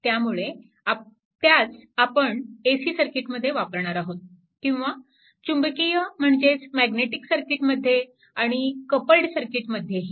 त्यामुळे त्याच आपण AC सर्किटमध्ये वापरणार आहोत किंवा चुंबकीय म्हणजेच मॅग्नेटिक सर्किट मध्ये आणि कपल्ड सर्किट मध्येही